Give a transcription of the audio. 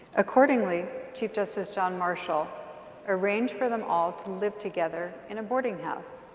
accordingly, chief justice john marshall arranged for them all to live together in a boarding house.